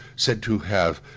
said to have,